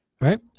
right